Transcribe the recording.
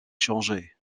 changés